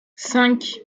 cinq